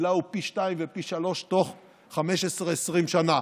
שגודלה הוא פי שניים ופי שלושה תוך 15, 20 שנה.